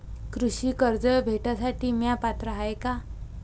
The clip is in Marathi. कृषी कर्ज भेटासाठी म्या पात्र हाय का?